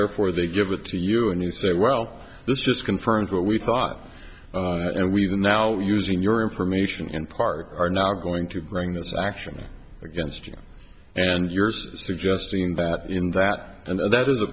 therefore they give it to you and you say well this just confirms what we thought and we the now using your information and part are now going to bring this action against you and you're suggesting that in that and that is a